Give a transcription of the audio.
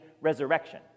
resurrection